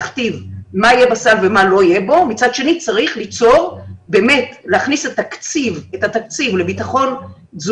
ו פת לחם ואנחנו נראה את התוצרים והתוצאות